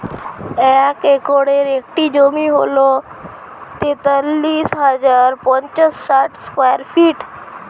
এক একরের একটি জমি হল তেতাল্লিশ হাজার পাঁচশ ষাট স্কয়ার ফিট